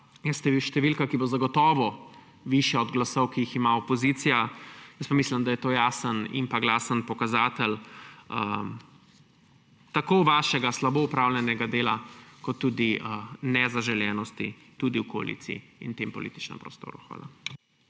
pokazala, je številka, ki bo zagotovo višja od glasov, ki jih ima opozicija. Mislim, da je to jasen in glasen pokazatelj tako vašega slabo opravljenega dela kot tudi nezaželenosti, tudi v koaliciji in tem političnem prostoru. Hvala.